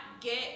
get